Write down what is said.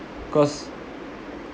cause